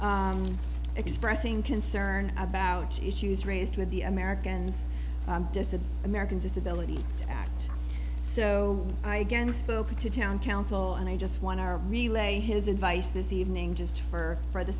expressing concern about issues raised with the americans decide american disability act so i again spoke to town council and i just want our relay his advice this evening just for for the